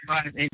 Right